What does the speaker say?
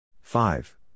Five